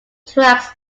tracks